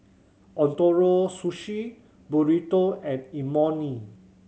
Ootoro Sushi Burrito and Imoni